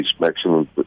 maximum